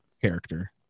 character